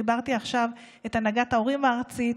חיברתי עכשיו את הנהגת ההורים הארצית,